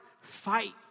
fight